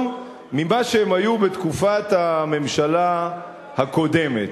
יותר ממה שהם היו בתקופת הממשלה הקודמת.